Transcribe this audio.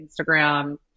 Instagram